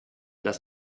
das